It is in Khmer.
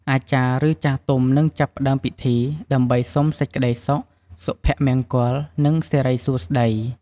អាចារ្យ ឬចាស់ទុំនឹងចាប់ផ្តើមពិធី ដើម្បីសុំសេចក្តីសុខ សុភមង្គល និងសិរីសួស្តី។